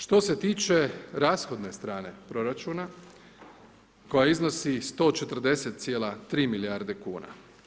Što se tiče rashodne strane proračuna koja iznosi 140,3 milijarde kuna.